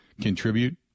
contribute